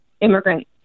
immigrant